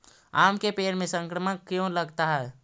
आम के पेड़ में संक्रमण क्यों लगता है?